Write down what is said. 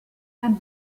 and